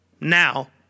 Now